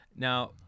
now